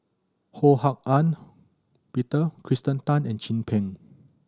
Ho Hak Ean Peter Kirsten Tan and Chin Peng